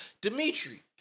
Dimitri